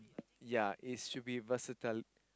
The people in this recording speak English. ya it should be versatile